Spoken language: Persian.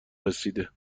رسیده